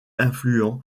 influents